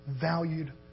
valued